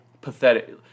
pathetic